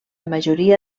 majoria